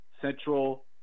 Central